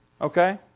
Okay